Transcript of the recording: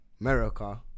America